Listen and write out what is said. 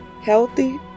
healthy